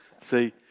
See